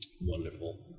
Wonderful